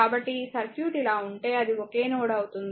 కాబట్టి ఈ సర్క్యూట్ ఇలా ఉంటే అది ఒకే నోడ్ అవుతుంది